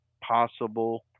possible